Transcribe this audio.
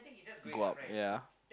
go up ya